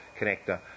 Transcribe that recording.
connector